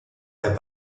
der